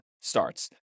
starts